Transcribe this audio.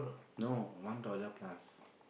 no one dollar plus